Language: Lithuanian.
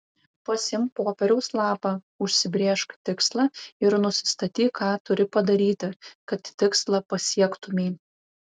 pasiimk popieriaus lapą užsibrėžk tikslą ir nusistatyk ką turi padaryti kad tikslą pasiektumei